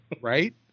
right